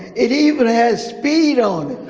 it even has speed on it.